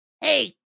Hey